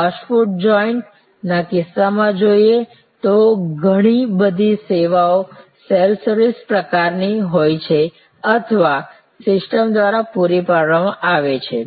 fast food joint ના કિસ્સામાં જોઇએ તો ત્યાં ઘણી બધી સેવાઓ સેલ્ફ સર્વિસ પ્રકારની હોય છે અથવા સિસ્ટમ દ્વારા પૂરી પાડવામાં આવે છે